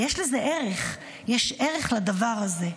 יש לזה ערך, יש ערך לדבר הזה.